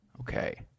Okay